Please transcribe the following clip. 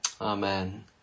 Amen